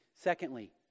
Secondly